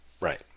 Right